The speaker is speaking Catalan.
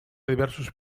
diversos